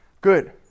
Good